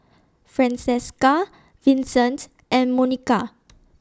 Francesca Vincent and Monika